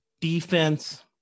defense